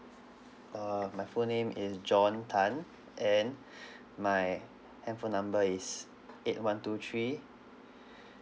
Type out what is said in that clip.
uh my full name is john tan and my handphone number is eight one two three